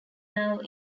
nerve